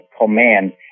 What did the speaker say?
command